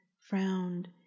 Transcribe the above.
frowned